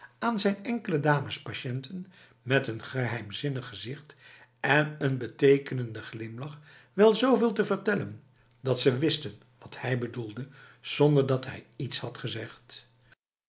aan zijn enkele damespatiënten met een geheimzinnig gezicht en een betekenende glimlach wel zoveel te vertellen dat ze wisten wat hij bedoelde zonder dat hij iets had gezegd